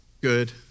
good